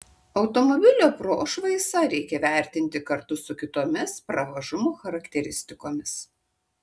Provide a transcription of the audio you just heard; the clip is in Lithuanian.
automobilio prošvaisą reikia vertinti kartu su kitomis pravažumo charakteristikomis